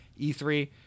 E3